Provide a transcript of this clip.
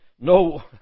No